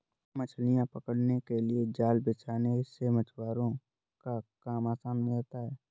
मछलियां पकड़ने के लिए जाल बिछाने से मछुआरों का काम आसान हो जाता है